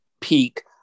peak